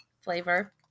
flavor